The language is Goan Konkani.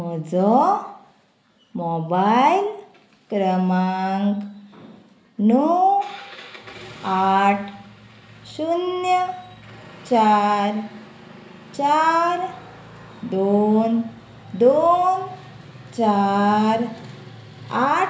म्हजो मोबायल क्रमांक णव आठ शुन्य चार चार दोन दोन चार आठ